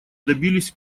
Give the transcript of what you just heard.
добились